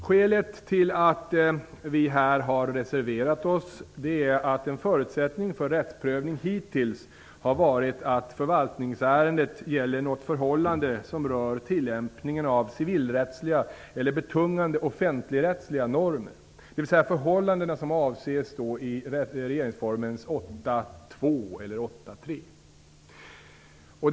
Skälet till att vi här har reserverat oss är att en förutsättning för rättsprövning hittills har varit att förvaltningsärendet gäller något förhållande som rör tillämpningen av civilrättsliga eller betungande offentligrättsliga normer, dvs. de förhållanden som avses i 8 kap. 2 och 3 §§ i regeringsformen.